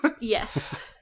Yes